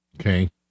Okay